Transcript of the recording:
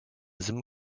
sim